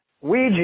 Ouija